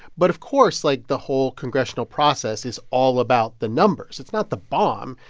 but, of course, like, the whole congressional process is all about the numbers. it's not the bomb.